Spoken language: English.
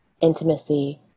intimacy